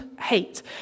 hate